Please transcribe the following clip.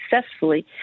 successfully